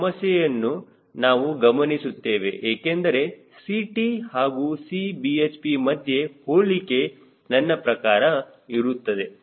ಈ ಸಮಸ್ಯೆಯನ್ನು ನಾವು ಗಮನಿಸುತ್ತೇವೆ ಏಕೆಂದರೆ Ct ಹಾಗೂ Cbhp ಮಧ್ಯೆ ಹೋಲಿಕೆ ನನ್ನ ಪ್ರಕಾರ ಇರುತ್ತದೆ